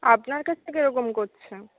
আপনার কাছ কেরকম করছে